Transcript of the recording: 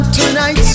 tonight